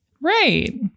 Right